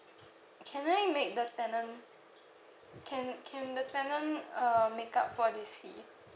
can I make the tenant can can the tenant uh make up for this fee